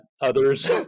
others